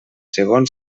segons